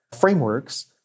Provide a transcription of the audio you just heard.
frameworks